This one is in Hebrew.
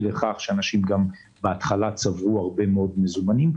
לכך שאנשים בהתחלה צברו הרבה מאוד מזומנים,